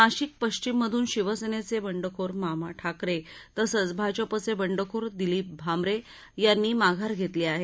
नाशिक पश्चिममधून शिवसेनेचे बंडखोर मामा ठाकरे तसंच भाजपाचे बंडखोर दिलीप भांमरे यांनी माघार घेतली आहे